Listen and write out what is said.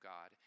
God